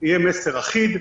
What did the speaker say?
יהיה מסר אחיד.